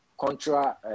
contra